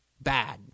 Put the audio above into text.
bad